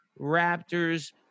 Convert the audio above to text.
Raptors